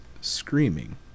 screaming